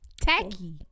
Tacky